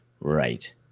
right